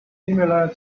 similar